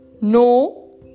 No